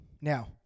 Now